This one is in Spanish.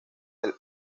del